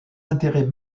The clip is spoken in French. intérêt